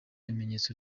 bimenyetso